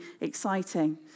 exciting